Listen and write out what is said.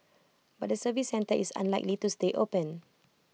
but the service centre is unlikely to stay open